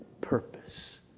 purpose